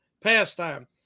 pastime